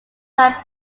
have